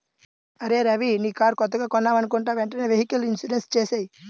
అరేయ్ రవీ నీ కారు కొత్తగా కొన్నావనుకుంటా వెంటనే వెహికల్ ఇన్సూరెన్సు చేసేయ్